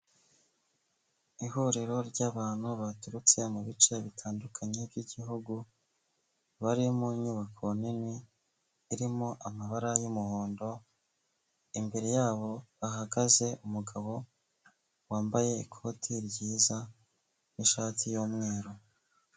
Ihuriro ry'abantu baturutse mu bice bitandukanye by'igihugu bari mu nyubako nini irimo amabara y'umuhondo, imbere yabo hahagaze umugabo wambaye ikoti ryiza n'ishati yumweru.